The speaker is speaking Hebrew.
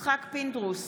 יצחק פינדרוס,